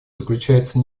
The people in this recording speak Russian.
заключается